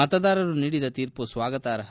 ಮತದಾರರು ನೀಡಿದ ತೀರ್ಮ ಸ್ನಾಗತಾರ್ಹ